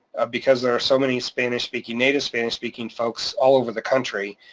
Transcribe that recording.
because there are so many spanish speaking, native spanish speaking folks all over the country,